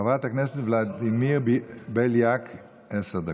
חבר הכנסת ולדימיר בליאק, עשר דקות.